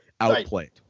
Outplayed